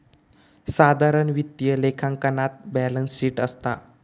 साधारण वित्तीय लेखांकनात बॅलेंस शीट असता